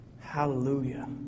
Hallelujah